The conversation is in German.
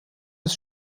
des